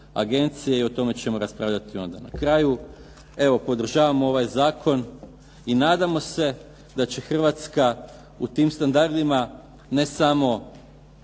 agencije i o tome ćemo raspravljati onda. Na kraju evo podržavam ovaj zakon i nadamo će da će Hrvatska u tim standardima, ne samo